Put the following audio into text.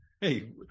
Hey